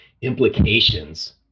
implications